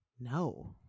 No